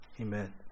Amen